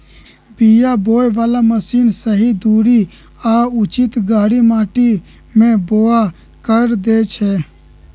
बीया बोय बला मशीन सही दूरी आ उचित गहीर माटी में बाओ कऽ देए छै